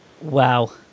Wow